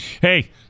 Hey